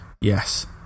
Yes